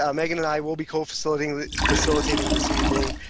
um meaghan and i will be co-facilitating co-facilitating this evening.